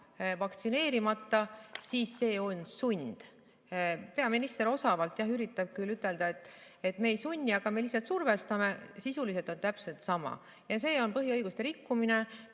vaktsineeritud, siis see on sund. Peaminister osavalt üritab küll ütelda, et me ei sunni, aga me survestame. Sisuliselt on see täpselt sama ja see on põhiõiguste rikkumine.